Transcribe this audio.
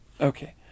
Okay